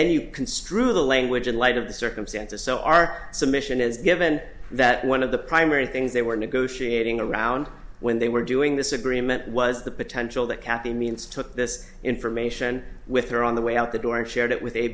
then you construe the language in light of the circumstances so our submission is given that one of the primary things they were negotiating around when they were doing this agreement was the potential that kathy means took this information with her on the way out the door and shared it with a